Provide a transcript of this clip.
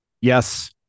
Yes